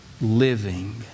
living